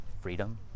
freedom